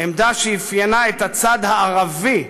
עמדה שאפיינה את הצד הערבי,